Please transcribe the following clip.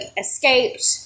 escaped